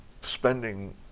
spending